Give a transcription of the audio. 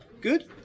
good